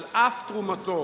על אף תרומתו,